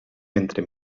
entre